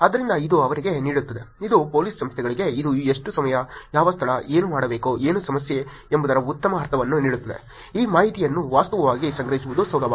ಆದ್ದರಿಂದ ಇದು ಅವರಿಗೆ ನೀಡುತ್ತದೆ ಇದು ಪೊಲೀಸ್ ಸಂಸ್ಥೆಗಳಿಗೆ ಇದು ಎಷ್ಟು ಸಮಯ ಯಾವ ಸ್ಥಳ ಏನು ಮಾಡಬೇಕು ಏನು ಸಮಸ್ಯೆ ಎಂಬುದರ ಉತ್ತಮ ಅರ್ಥವನ್ನು ನೀಡುತ್ತದೆ ಈ ಮಾಹಿತಿಯನ್ನು ವಾಸ್ತವವಾಗಿ ಸಂಗ್ರಹಿಸುವುದು ಸುಲಭ